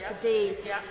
today